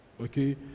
okay